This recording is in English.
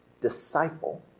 disciple